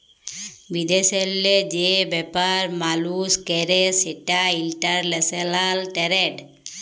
বিদেশেল্লে যে ব্যাপার মালুস ক্যরে সেটা ইলটারল্যাশলাল টেরেড